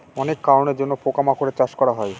অনেক কারনের জন্য পোকা মাকড়ের চাষ করা হয়